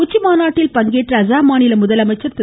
உச்சிமாநாட்டில் பங்கேற்ற அசாம் மாநில முதலமைச்சர் திரு